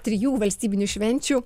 trijų valstybinių švenčių